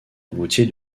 routier